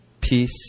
peace